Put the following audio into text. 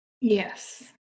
Yes